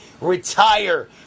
retire